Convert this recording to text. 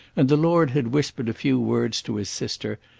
and the lord had whispered a few words to his sister,